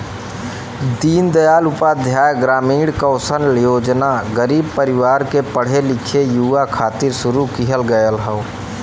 दीन दयाल उपाध्याय ग्रामीण कौशल योजना गरीब परिवार के पढ़े लिखे युवा खातिर शुरू किहल गयल हौ